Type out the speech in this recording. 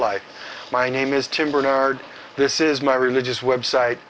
life my name is tim bernard this is my religious website